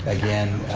again,